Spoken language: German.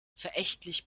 verächtlich